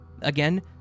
Again